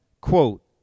quote